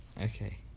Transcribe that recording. Okay